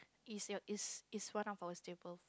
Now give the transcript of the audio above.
is your is is one of our staple